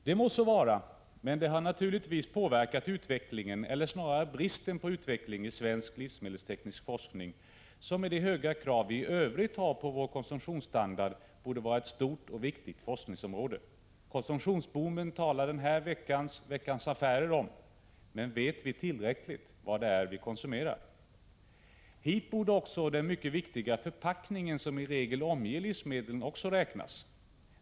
Det må så vara, men det har naturligtvis påverkat utvecklingen, eller snarare bristen på utveckling, i svensk livsmedelsteknisk forskning, som med de höga krav vi i övrigt har på vår konsumtionsstandard borde vara ett stort och viktigt forskningsområde. Konsumtionsboomen talar man om i denna veckas nummer av Veckans Affärer. Men vet vi tillräckligt väl vad det är vi konsumerar? Hit borde också den mycket viktiga förpackning som i regel omger livsmedlen räknas.